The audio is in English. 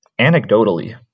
Anecdotally